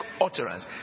utterance